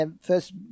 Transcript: first